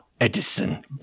Edison